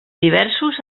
diversos